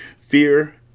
Fear